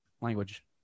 language